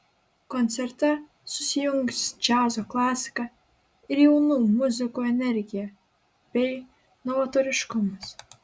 koncerte susijungs džiazo klasika ir jaunų muzikų energija bei novatoriškumas